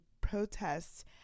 protests